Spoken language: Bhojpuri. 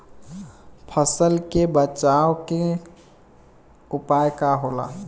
फसल के बचाव के उपाय का होला?